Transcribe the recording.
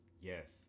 Yes